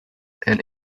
and